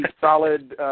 solid